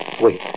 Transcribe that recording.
Wait